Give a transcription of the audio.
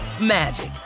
magic